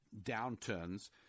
downturns